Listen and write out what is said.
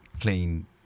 clean